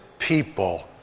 People